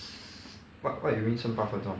what what you mean 剩八分钟